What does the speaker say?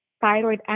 thyroid